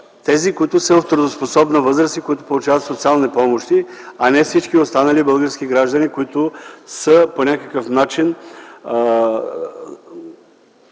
тези, които са в трудоспособна възраст и които получават социални помощи, а не всички останали български граждани, които по някакъв начин